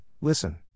listen